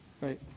Right